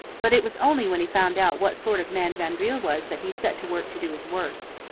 but it was only when he found out what sort of man vaudreuil was that he set to work to do his worst.